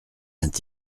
vient